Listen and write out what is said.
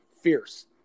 fierce